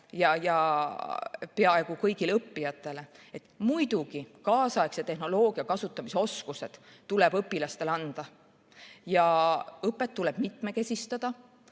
ja peaaegu kõigile õppijatele. Muidugi, kaasaegse tehnoloogia kasutamise oskused tuleb õpilastele anda ja õpet tuleb mitmekesistada.